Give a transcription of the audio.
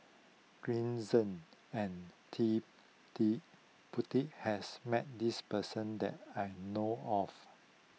Green Zeng and Ted De Ponti has met this person that I know of